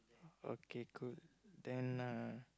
okay cool then uh